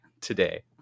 today